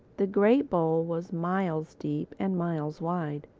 the great bowl was miles deep and miles wide.